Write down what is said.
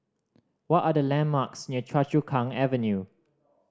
what are the landmarks near Choa Chu Kang Avenue